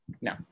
No